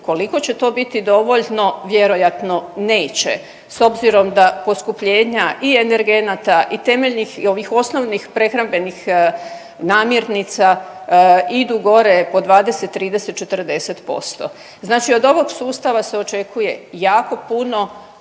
Koliko će to biti dovoljno, vjerojatno neće, s obzirom da poskupljenja i energenata i temeljnih i ovih osnovnih prehrambenih namirnica idu gore po 20, 30, 40%. Znači od ovog sustava se očekuje jako puno,